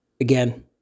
Again